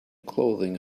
clothing